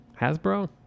Hasbro